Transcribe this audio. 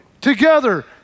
together